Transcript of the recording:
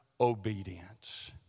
obedience